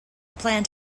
plant